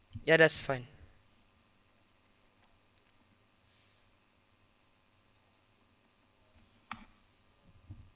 ya that's fine